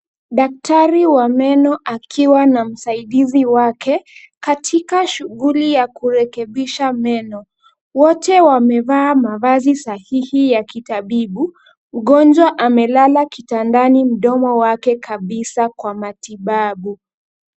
Daktari wa meno akiwa na msaidizi wake, katika shughuli ya kurekebisha meno. Wote wamevaa mavazi sahihi ya kitabibu. Mgonjwa amelala kitandani, mdomo wake kabisa kwa matibabu.